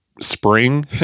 spring